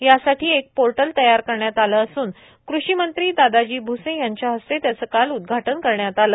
यासाठी एक पोर्टल तयार करण्यात आले असून कृषीमंत्री दादाजी भ्से यांच्या हस्ते त्याचे ग्रुवारी उदघाटन करण्यात आले